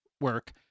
work